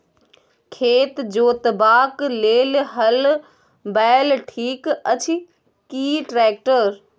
खेत जोतबाक लेल हल बैल ठीक अछि की ट्रैक्टर?